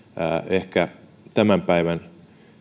ehkä tämän päivän